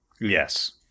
Yes